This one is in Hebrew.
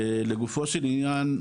לגופו של עניין,